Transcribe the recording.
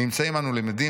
"נמצאים אנו למדים,